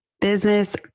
Business